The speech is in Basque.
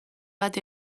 bat